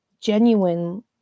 genuine